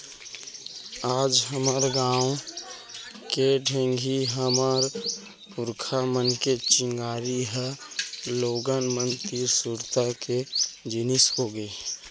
आज हमर गॉंव घर के ढेंकी हमर पुरखा मन के चिन्हारी हर लोगन मन तीर सुरता के जिनिस होगे